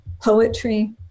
poetry